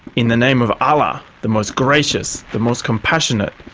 in the name of allah the most gracious, the most compassionate,